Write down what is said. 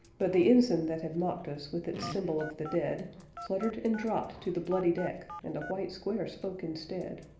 but the ensign that had mocked us with its symbol of the dead fluttered and dropped to the bloody deck, and a white square spoke instead.